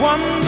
One